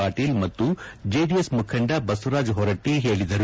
ಪಾಟೀಲ್ ಮತ್ತು ಜೆಡಿಎಸ್ ಮುಖಂಡ ಬಸವರಾಜ್ ಹೊರಟ್ಟಿ ಹೇಳಿದರು